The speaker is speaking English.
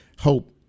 hope